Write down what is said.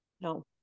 No